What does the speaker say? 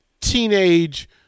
teenage